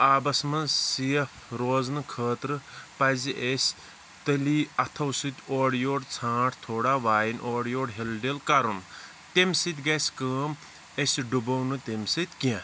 آبَس منٛز سیف روزنہِ خٲطرٕ پَزِ اَسہِ تٔلی اَتھَو سۭتۍ اورٕ یور سرانٛٹھ تھوڑا وایِن اورٕ یور ہِل ڈِل کَرُن تمہِ سۭتۍ گَژھِ کٲم أسۍ ڈُبَو نہِ تمہِ سۭتۍ کینٛہہ